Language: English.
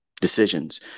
Decisions